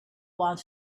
one